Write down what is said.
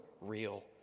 real